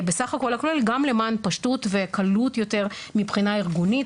בסך הכל גם למען פשטות וקלות מבחינה ארגונית